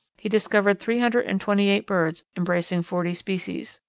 he discovered three hundred and twenty-eight birds, embracing forty species.